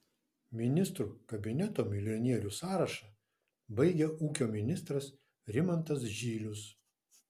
ministrų kabineto milijonierių sąrašą baigia ūkio ministras rimantas žylius